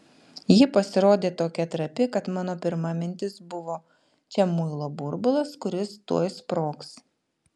ji pasirodė tokia trapi kad mano pirma mintis buvo čia muilo burbulas kuris tuoj sprogs